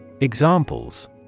Examples